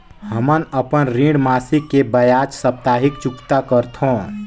हमन अपन ऋण मासिक के बजाय साप्ताहिक चुकता करथों